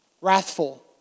wrathful